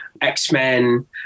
X-Men